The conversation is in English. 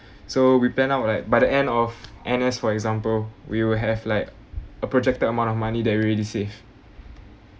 so we plan out like by the end of N_S for example we will have like a projected amount of money that we really saved